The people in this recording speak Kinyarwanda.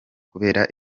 kubera